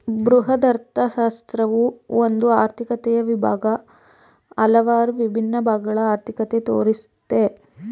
ಬೃಹದರ್ಥಶಾಸ್ತ್ರವು ಒಂದು ಆರ್ಥಿಕತೆಯ ವಿಭಾಗ, ಹಲವಾರು ವಿಭಿನ್ನ ಭಾಗಗಳ ಅರ್ಥಿಕತೆ ತೋರಿಸುತ್ತೆ